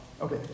okay